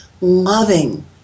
loving